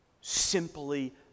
simply